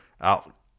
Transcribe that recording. out